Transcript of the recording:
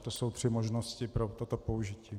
To jsou tři možnosti pro toto použití.